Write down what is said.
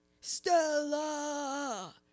Stella